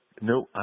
no